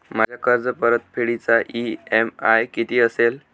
माझ्या कर्जपरतफेडीचा इ.एम.आय किती असेल?